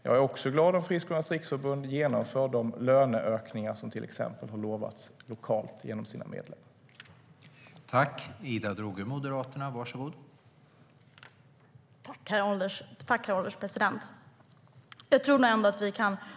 Jag är också glad om Friskolornas riksförbund genomför de löneökningar som de till exempel har lovat lokalt genom sina medlemmar.